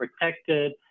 protected